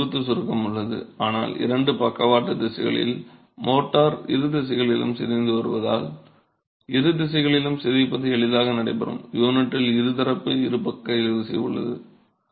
எனவே செங்குத்து சுருக்கம் உள்ளது ஆனால் இரண்டு பக்கவாட்டு திசைகளில் மோர்டார் இரு திசைகளிலும் சிதைந்து வருவதால் இரு திசைகளிலும் சிதைப்பது எளிதாக நடைபெறும் யூனிட்டில் இருதரப்பு இருபக்க இழுவிசை உள்ளது